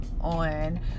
on